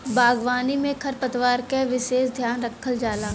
बागवानी में खरपतवार क विसेस ध्यान रखल जाला